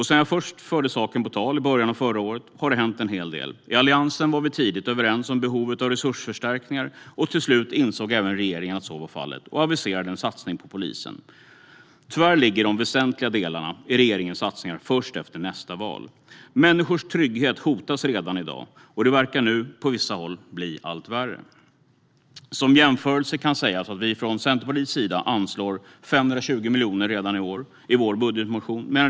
Sedan jag först förde saken på tal i början av förra året har det hänt en hel del. I Alliansen var vi tidigt överens om behovet av resursförstärkningar, och till slut insåg även regeringen att så var fallet och aviserade en satsning på polisen. Tyvärr ligger de väsentliga delarna i regeringens satsningar först efter nästa val. Människors trygghet hotas redan i dag, och det verkar nu på vissa håll bli allt värre. Som jämförelse kan sägas att vi från Centerpartiets sida anslår 520 miljoner redan i år i vår budgetmotion.